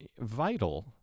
vital